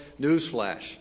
Newsflash